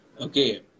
Okay